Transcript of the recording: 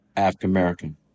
African-American